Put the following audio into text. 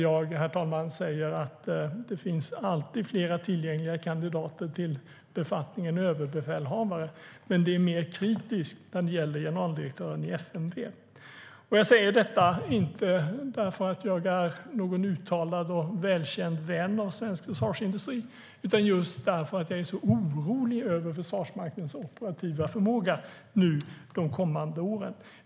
Jag säger, herr talman, att det alltid finns flera tillgängliga kandidater till befattningen överbefälhavare men att det är mer kritiskt när det gäller generaldirektören för FMV. Jag säger detta inte för att jag är en uttalad och välkänd vän av svensk försvarsindustri utan just för att jag är orolig för Försvarsmaktens operativa förmåga de kommande åren.